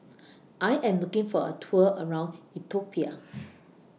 I Am looking For A Tour around Ethiopia